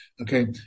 Okay